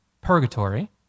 purgatory